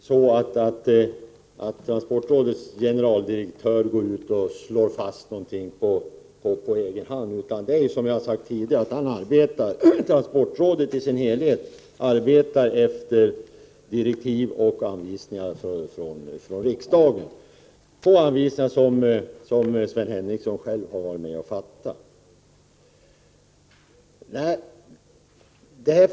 Herr talman! Transportrådets generaldirektör slår inte fast någonting på egen hand, utan som jag har sagt tidigare arbetar transportrådet i sin helhet efter direktiv och anvisningar från riksdagen, anvisningar som Sven Henricsson själv har varit med om att fatta beslut om.